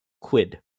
Quid